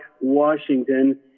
Washington